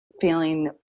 feeling